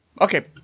Okay